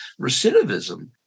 recidivism